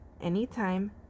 anytime